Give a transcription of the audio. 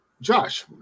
Josh